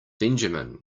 benjamin